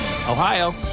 Ohio